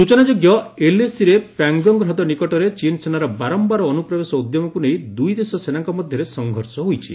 ସୂଚନାଯୋଗ୍ୟ ଏଲ୍ଏସିର ପ୍ୟାଙ୍ଗଙ୍ଗ ହ୍ରଦ ନିକଟରେ ଚୀନ୍ ସେନାର ବାରମ୍ଭାର ଅନୁପ୍ରବେଶ ଉଦ୍ୟମକୁ ନେଇ ଦୁଇଦେଶ ସେନାଙ୍କ ମଧ୍ୟରେ ସଂଘର୍ଷ ହୋଇଛି